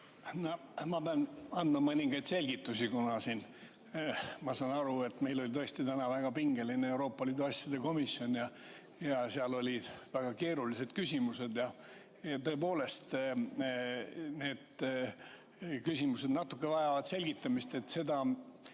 Ma pean andma mõningaid selgitusi, kuna ma saan aru, et meil oli tõesti täna väga pingeline Euroopa Liidu asjade komisjon. Seal olid väga keerulised küsimused ja tõepoolest need natuke vajavad selgitamist. See,